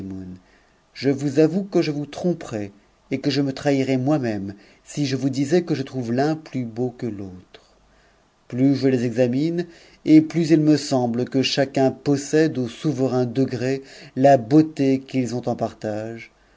je vous avoue que je vous tromperais et que je me trahirais moi un si je vous disais que je trouve l'un plus beau que l'autre plus je les examine et plus il me semble que chacun possède au souverain dc beauté qu'ils ont en partage